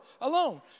alone